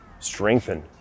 strengthen